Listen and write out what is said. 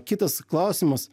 kitas klausimas